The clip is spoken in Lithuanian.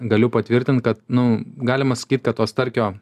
galiu patvirtint kad nu galima sakyt kad to starkio